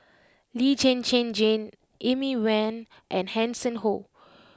Lee Zhen Zhen Jane Amy Van and Hanson Ho